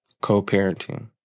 co-parenting